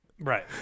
Right